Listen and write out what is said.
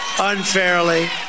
unfairly